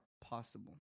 possible